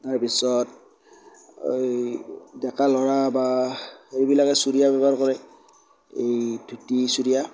তাৰপিছত এই ডেকা ল'ৰা বা সেইবিলাকে চুৰীয়া ব্যৱহাৰ কৰে এই ধূতি চুৰীয়া